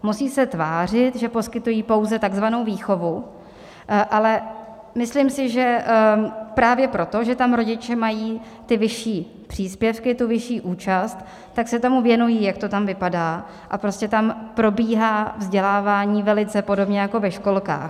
Musejí se tvářit, že poskytují pouze tzv. výchovu, ale myslím si, že právě proto, že tam rodiče mají vyšší příspěvky, vyšší účast, tak se tomu věnují, jak to tam vypadá, a prostě tam probíhá vzdělávání velice podobně jako ve školkách.